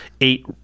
eight